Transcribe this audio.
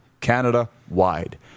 Canada-wide